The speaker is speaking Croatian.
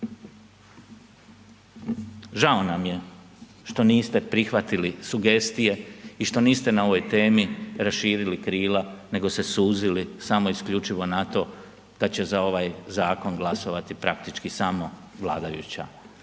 Žao nam je što niste prihvatili sugestije i što niste na ovoj temi raširili krila nego se suzili samo i isključivo na to da će za ovaj zakon glasovati praktički samo vladajuća